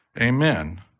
Amen